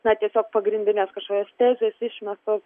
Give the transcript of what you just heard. na tiesiog pagrindinės kažkokios tezės išmestos